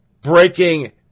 breaking